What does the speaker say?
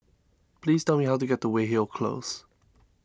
please tell me how to get to Weyhill Close